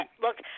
look